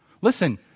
Listen